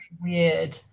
weird